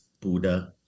Buddha